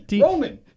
Roman